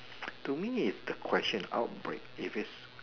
to me is the question outbreak if it's